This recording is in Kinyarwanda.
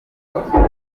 bemererwa